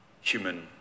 human